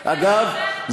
אגב,